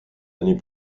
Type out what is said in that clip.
années